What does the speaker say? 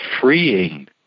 freeing